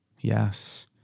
yes